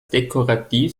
dekorativ